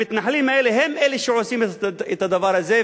המתנחלים האלה הם אלה שעושים את הדבר הזה,